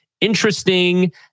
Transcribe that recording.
interesting